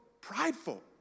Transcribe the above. prideful